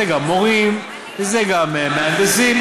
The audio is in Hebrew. זה גם מורים וזה גם מהנדסים,